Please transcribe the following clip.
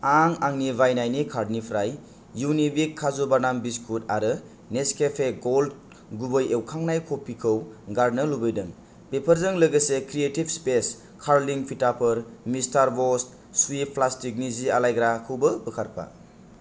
आं आंनि बायनायनि कार्टनिफ्राय युनिबिक खाजु बादाम बिस्कुट आरो नेस्केफे गल्ड गुबै एवखांनाय कफि खौ गारनो लुबैदों बेफोरजों लोगोसे क्रियेटिब स्पेस कार्लिं फिटाफोर मिस्टार बस सुइप्त प्लास्टिकनि जि आलायग्रा खौबो बोखारफा